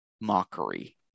mockery